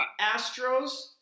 Astros